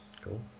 Cool